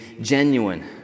genuine